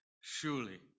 Surely